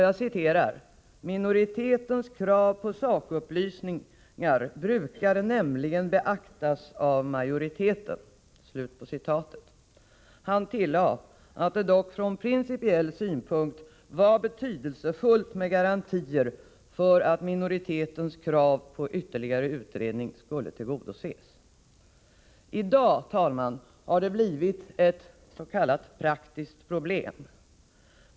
Jag citerar: ”Minoritetens krav på sakupplysningar brukar nämligen beaktas av majoriteten.” Han tillade att det dock från principiell synpunkt var betydelsefullt med garantier för att minoritetens krav på ytterligare utredning skulle tillgodoses. I dag, herr talman, har det uppstått ett s.k. praktiskt problem.